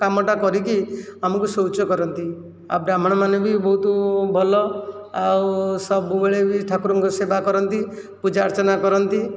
କାମଟା କରିକି ଆମକୁ ଶୌଚ କରନ୍ତି ଆଉ ବ୍ରାହ୍ମଣମାନେ ବି ବହୁତ ଭଲ ଆଉ ସବୁବେଳେ ବି ଠାକୁରଙ୍କ ସେବା କରନ୍ତି ପୂଜା ଅର୍ଚ୍ଚନା କରନ୍ତି